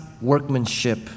workmanship